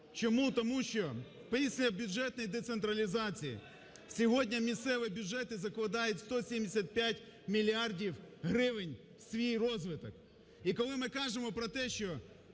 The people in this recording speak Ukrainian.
Чому? Тому що після бюджетної децентралізації сьогодні місцеві бюджети закладають 175 мільярді гривень в свій розвиток. І коли ми кажемо про те, що